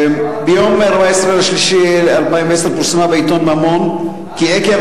ב-14 במרס 2010 פורסם בעיתון "ממון" כי עקב